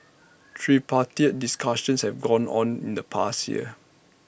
tripartite discussions have gone on in the past year